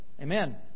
Amen